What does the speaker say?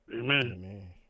Amen